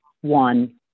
one